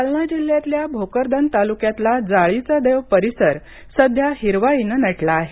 जालना जिल्ह्यातल्या भोकरदन तालुक्यातला जाळीचादेव परिसर सध्या हिरवाईनं नटला आहे